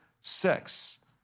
sex